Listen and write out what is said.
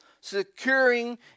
securing